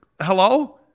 hello